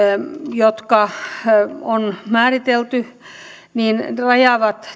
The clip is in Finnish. jotka on määritelty rajaavat